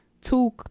two